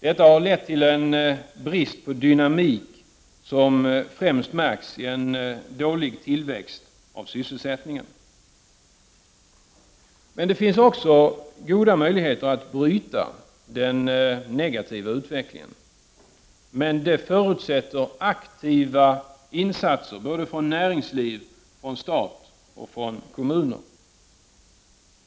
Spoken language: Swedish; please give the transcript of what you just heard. Detta har lett till en brist på dynamik, som främst märks i en dålig tillväxt av sysselsättningen. Det finns emellertid goda möjligheter att bryta den negativa utvecklingen. Men det förutsätter aktiva insatser, från näringsliv, stat och kommuner.